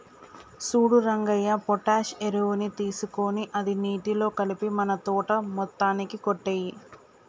సూడు రంగయ్య పొటాష్ ఎరువుని తీసుకొని అది నీటిలో కలిపి మన తోట మొత్తానికి కొట్టేయి